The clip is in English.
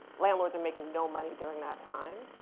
landlords are making no money during that time.